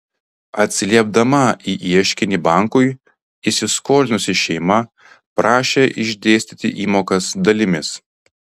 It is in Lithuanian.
atsiliepdama į ieškinį bankui įsiskolinusi šeima prašė išdėstyti įmokas dalimis